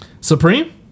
Supreme